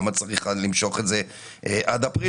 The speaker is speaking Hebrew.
למה צריך למשוך את זה עד אפריל,